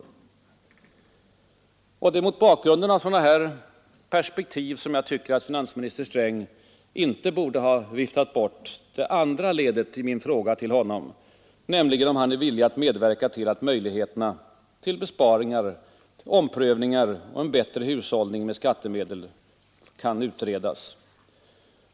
Det är mot bakgrunden av sådana här perspektiv som jag tycker att finansminister Sträng inte borde ha viftat bort det andra ledet i min fråga till honom, nämligen om han är villig att medverka till att möjligheterna till besparingar, omprövningar och en bättre hushållning med skattemedel kan utredas.